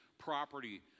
property